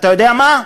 אתה יודע מה?